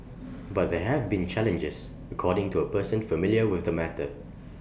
but there have been challenges according to A person familiar with the matter